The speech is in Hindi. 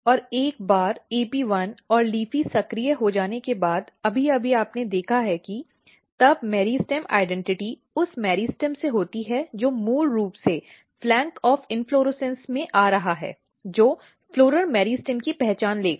और एक बार AP1 और LEAFY सक्रिय हो जाने के बाद अभी अभी आपने देखा है कि तब मेरिस्टेम की पहचान उस मैरिस्टेम से होती है जो मूल रूप से इन्फ्लोरेसन्स के फ्लैंक में आ रहा है जो फ्लोरल मेरिस्टेम की पहचान लेगा